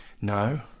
No